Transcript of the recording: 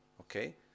Okay